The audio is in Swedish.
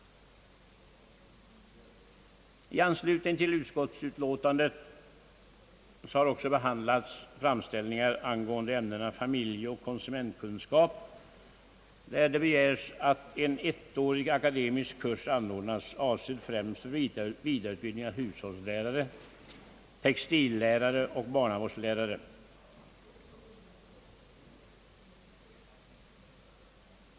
I anslutning till utskottsutlåtandet har också behandlats framställningar angående ämnena familjeoch konsumentkunskap, där det begärts att en ettårig akademisk kurs anordnas, avsedd främst för vidareutbildning av hushållslärare, textillärare och barnavårdslärare.